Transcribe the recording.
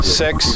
six